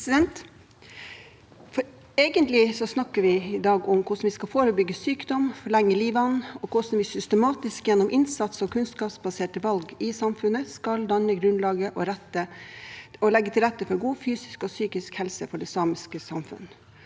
Egentlig snakker vi i dag om hvordan vi skal forebygge sykdom, forlenge livet og gjennom systematisk innsats og kunnskapsbaserte valg i samfunnet danne grunnlaget og legge til rette for god fysisk og psykisk helse for det samiske samfunn.